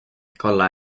kolla